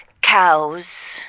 cows